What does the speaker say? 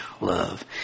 love